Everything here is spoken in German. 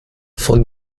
von